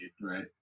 right